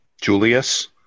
Julius